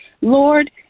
Lord